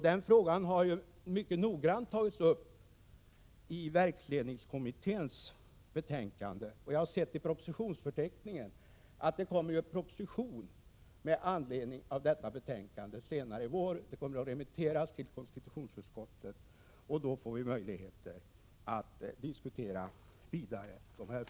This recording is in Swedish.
Den frågan har mycket noggrant tagits upp i verksledningskommitténs betänkande, och av propositionsförteckningen framgår att det kommer en proposition senare i vår med anledning av detta betänkande. Den kommer att remitteras till konstitutionsutskottet, och då får vi möjlighet att diskutera dessa frågor vidare.